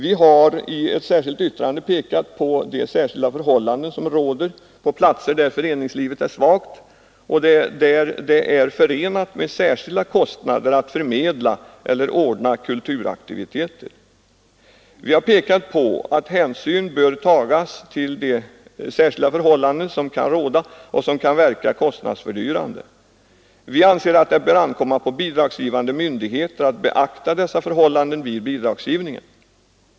Vi har i ett särskilt yttrande pekat på de särskilda förhållanden som råder på platser där föreningslivet är svagt och där det är förenat med särskilda kostnader att förmedla eller ordna kulturaktiviteter. Vi har pekat på att hänsyn bör tagas till de särskilda förhållanden som kan råda och som kan verka kostnadsfördyrande. Vi anser att det bör ankomma på bidragsgivande myndigheter att beakta dessa förhållanden vid bidragsgivningen.